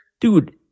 dude